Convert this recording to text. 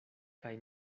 kaj